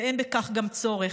וגם אין בכך צורך.